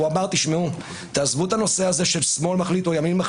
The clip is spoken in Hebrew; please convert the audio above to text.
הוא אמר: תעזבו את הנושא של שמאל או ימין.